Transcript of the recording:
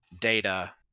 data